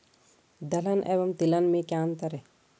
दलहन एवं तिलहन में क्या अंतर है?